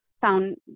found